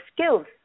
skills